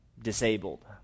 disabled